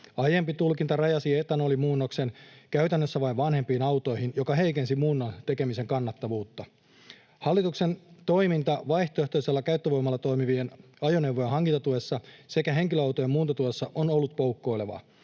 Aiempi tulkinta rajasi etanolimuunnoksen käytännössä vain vanhempiin autoihin, mikä heikensi muunnon tekemisen kannattavuutta. Hallituksen toiminta vaihtoehtoisella käyttövoimalla toimivien ajoneuvojen hankintatuessa sekä henkilöautojen muuntotuessa on ollut poukkoilevaa.